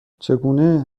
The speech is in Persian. چگونه